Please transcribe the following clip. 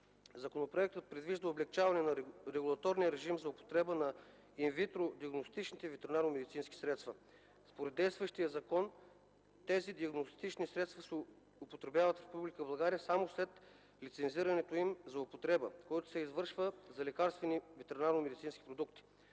законопроектът предвижда облекчаване на регулаторния режим за употреба на ин витро диагностичните ветеринарномедицински средства. Според действащия закон тези диагностични средства се употребяват в Република България само след лицензирането им за употреба, което се извършва за лекарствените ветеринарномедицински продукти.